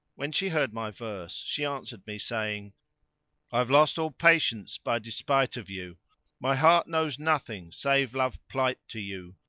when she heard my verse she answered me saying i've lost all patience by despite of you my heart knows nothing save love plight to you!